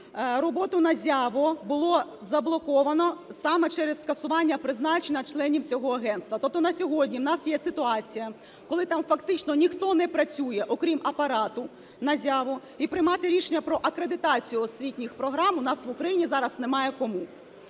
роботу НАЗЯВО було заблоковано саме через скасування призначення членів цього агентства. Тобто на сьогодні в нас є ситуація, коли там фактично ніхто не працює, окрім апарату НАЗЯВО, і приймати рішення про акредитацію освітніх програм у нас в Україні зараз немає кому.